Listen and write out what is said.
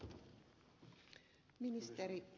arvoisa puhemies